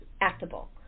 actable